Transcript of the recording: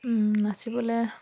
নাচিবলৈ